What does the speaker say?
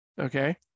Okay